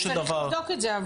אתה צריך לבדוק את זה.